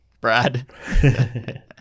Brad